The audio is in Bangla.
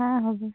হ্যাঁ হবে